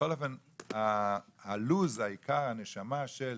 בכל אופן, הלוז, העיקר, הנשמה של